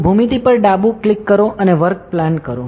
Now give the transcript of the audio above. તો ભૂમિતિ પર ડાબું ક્લિક કરો અને વર્ક પ્લેન આપો